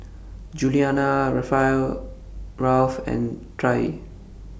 Julianna Ralph and Trae